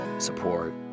Support